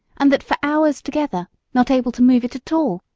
and that for hours together, not able to move it at all,